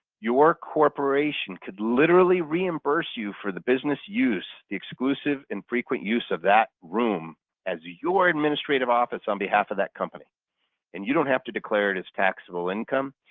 your corporation could literally reimburse you for the business use. the exclusive and frequent use of that room as your administrative office on behalf of that company and you don't have to declare it as taxable income.